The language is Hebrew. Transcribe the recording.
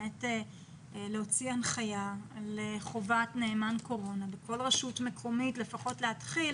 להוציא הנחיה לחובת נאמן קורונה ובכל רשות מקומית לפחות להתחיל